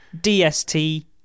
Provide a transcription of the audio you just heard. D-S-T-